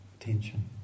attention